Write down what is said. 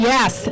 Yes